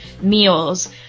meals